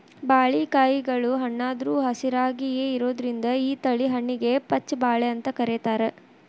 ಬಾಳಿಕಾಯಿಗಳು ಹಣ್ಣಾದ್ರು ಹಸಿರಾಯಾಗಿಯೇ ಇರೋದ್ರಿಂದ ಈ ತಳಿ ಹಣ್ಣಿಗೆ ಪಚ್ಛ ಬಾಳೆ ಅಂತ ಕರೇತಾರ